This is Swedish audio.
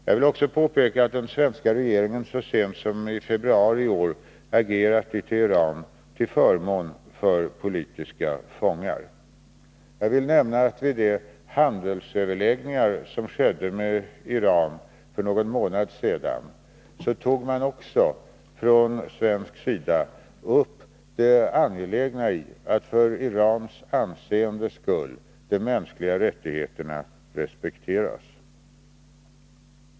Jag vill också påpeka att den svenska regeringen så sent som i februari i år agerat i Teheran till förmån för politiska fångar. Jag vill nämna att vid de handelsöverläggningar som skedde med Iran för någon månad sedan, så tog man också från svensk sida upp det angelägna i, för Irans anseendes skull, att de mänskliga rättigheterna respekteras.